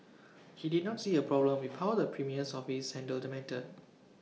he did not see A problem with how the premier's office handled the matter